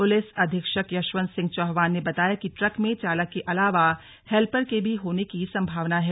SP Yashwant Singh Chauhan ने बताया कि ट्रक में चालक के अलावा हैल्पर के भी होने की संभावना है